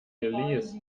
geleast